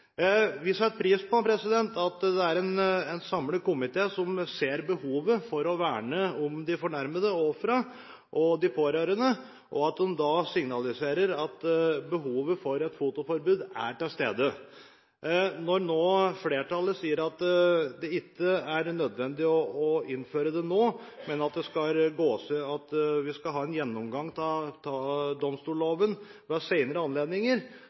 Vi setter pris på at en samlet komité ser behovet for å verne om de fornærmede og ofrene og de pårørende, og at de da signaliserer at behovet for et fotoforbud er til stede. Når flertallet sier at det ikke er nødvendig å innføre det nå, men at vi skal ha en gjennomgang av domstolloven ved